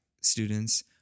students